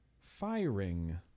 firing